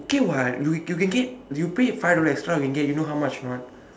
okay [what] you you can get you pay five dollar extra you can get you know how much or not